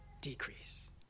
decrease